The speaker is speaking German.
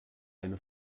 eine